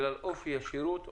בגלל אופי השירות,